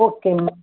okay ma'am